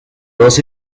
dos